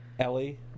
Ellie